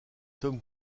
tom